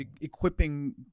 equipping